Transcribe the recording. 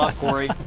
ah cory.